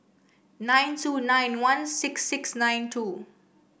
nine two nine one six six nine two